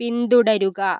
പിന്തുടരുക